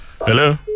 Hello